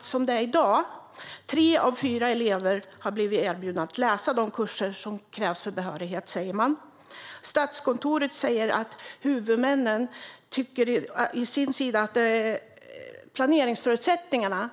Som det är i dag har tre av fyra elever blivit erbjudna att läsa de kurser som krävs för behörighet, säger man. Statskontoret säger att huvudmännen å sin sida tycker att planeringsförutsättningarna